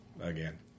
Again